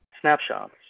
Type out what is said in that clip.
snapshots